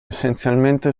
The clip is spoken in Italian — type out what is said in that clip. essenzialmente